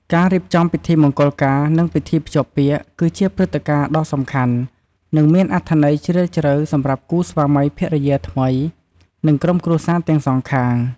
ការរៀបចំពិធីមង្គលការ និងពិធីភ្ជាប់ពាក្យ គឺជាព្រឹត្តិការណ៍ដ៏សំខាន់ និងមានអត្ថន័យជ្រាលជ្រៅសម្រាប់គូស្វាមីភរិយាថ្មី និងក្រុមគ្រួសារទាំងសងខាង។